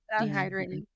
dehydrating